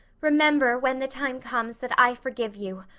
remember when the time comes that i forgive you.